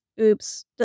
Oops